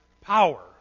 power